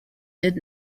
did